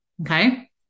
okay